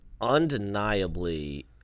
undeniably